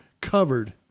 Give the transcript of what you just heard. covered